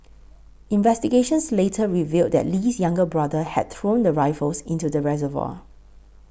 investigations later revealed that Lee's younger brother had thrown the rifles into the reservoir